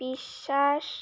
বিশ্বাস